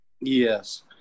Yes